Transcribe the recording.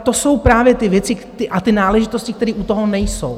To jsou právě ty věci a ty náležitosti, které u toho nejsou.